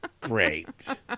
Great